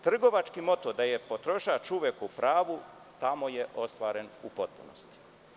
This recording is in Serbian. Trgovački moto da je potrošač uvek u pravu tamo je ostvaren u potpunosti.